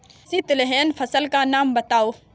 किसी तिलहन फसल का नाम बताओ